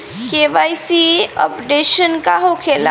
KYC updation का होखेला?